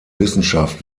wissenschaft